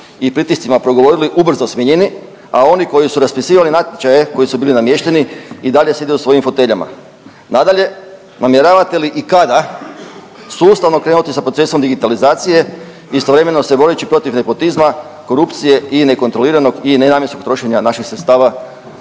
i pritiscima progovorili ubrzo smijenjeni, a oni koji su raspisivali natječaje koji su bili namješteni i dalje sjede u svojim foteljama. Nadalje, namjeravate li i kada sustavno krenuti sa procesom digitalizacije istovremeno se boreći protiv nepotizma, korupcije i nekontroliranog i nenamjenskog trošenja naših sredstava